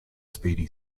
speedy